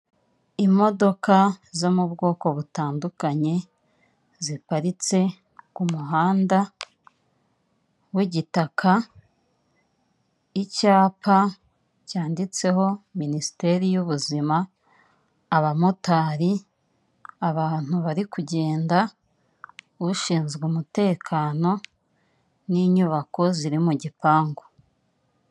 SONARWA ni ikigo kimaze igihe kinini hano mu Rwanda cy’ubwishingizi, shinganisha amashuri y'abana bawe cyangwa ubuzima ndetse ushinganishe n'inyubako zawe cyangwa ibinyabiziga.